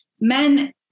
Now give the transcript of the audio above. men